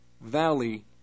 valley